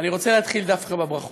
ואני רוצה להתחיל דווקא בברכות.